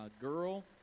girl